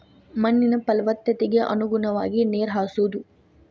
ಮಣ್ಣಿನ ಪಲವತ್ತತೆಗೆ ಅನುಗುಣವಾಗಿ ನೇರ ಹಾಸುದು